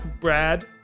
Brad